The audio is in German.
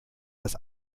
das